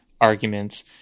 arguments